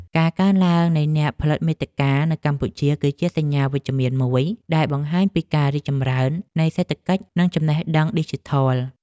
ការកើនឡើងនៃអ្នកផលិតមាតិកានៅកម្ពុជា គឺជាសញ្ញាណវិជ្ជមានមួយដែលបង្ហាញពីការរីកចម្រើននៃសេដ្ឋកិច្ច និងចំណេះដឹងឌីជីថល។